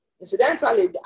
Incidentally